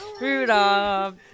Rudolph